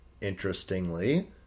interestingly